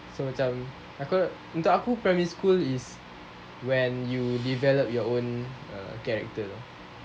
so macam aku untuk aku primary school is when you develop your own uh character